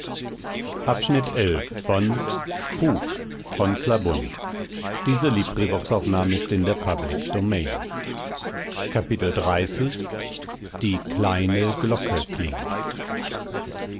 die kleine glocke klingt